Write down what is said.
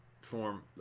form